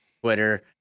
Twitter